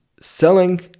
selling